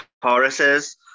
choruses